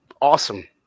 awesome